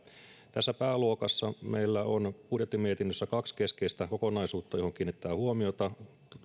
tässä pääluokassa meillä on budjettimietinnössä kaksi keskeistä kokonaisuutta joihin kiinnitetään huomiota